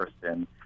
person